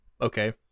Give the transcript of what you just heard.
okay